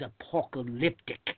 apocalyptic